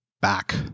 back